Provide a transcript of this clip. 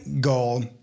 goal